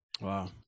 Wow